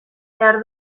behar